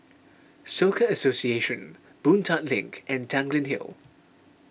Soka Association Boon Tat Link and Tanglin Hill